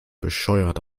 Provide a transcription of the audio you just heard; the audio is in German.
bescheuert